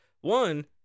One